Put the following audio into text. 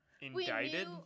indicted